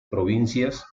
provincias